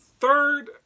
third